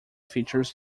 features